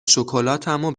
شکلاتمو